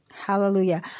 Hallelujah